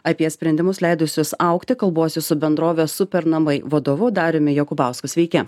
apie sprendimus leidusius augti kalbuosi su bendrovės supernamai vadovu dariumi jokubausku sveiki